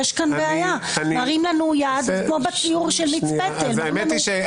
יש לנו בעיה, אני חושבת.